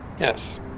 Yes